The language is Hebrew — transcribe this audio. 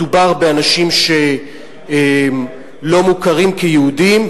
מדובר באנשים שלא מוכרים כיהודים,